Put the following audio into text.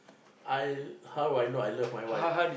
I how I know I love my wife